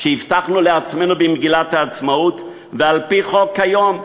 שהבטחנו לעצמנו במגילת העצמאות, ועל-פי חוק היום,